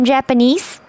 Japanese